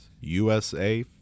USA